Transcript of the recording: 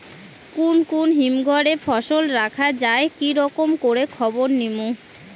কুন কুন হিমঘর এ ফসল রাখা যায় কি রকম করে খবর নিমু?